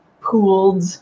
pooled